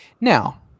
Now